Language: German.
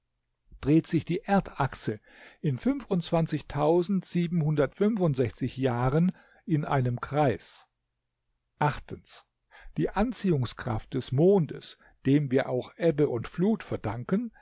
dreht sich die erdachse in jahren in einem kreis die anziehungskraft des mondes dem wir auch ebbe und flut verdanken